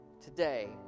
today